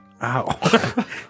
Ow